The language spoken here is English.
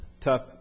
tough